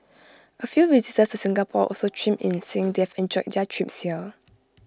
A few visitors to Singapore also chimed in saying they've enjoyed their trips here